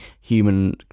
human